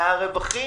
מהרווחים.